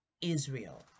Israel